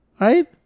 Right